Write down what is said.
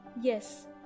Yes